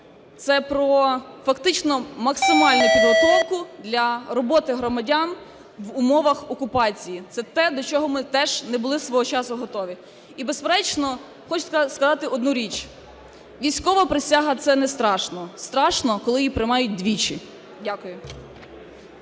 це про фактично максимальну підготовку для роботи громадян в умовах окупації, це те, до чого ми теж не були свого часу готові. І, безперечно, хочу сказати одну річ. Військова присяга – це не страшно, страшно, коли її приймають двічі. Дякую.